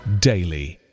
daily